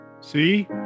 See